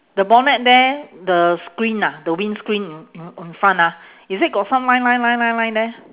the bonnet there the screen ah the windscreen in in in front ah is it got some line line line line line there